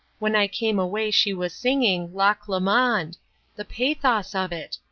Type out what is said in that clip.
when i came away she was singing, loch lomond the pathos of it!